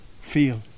feel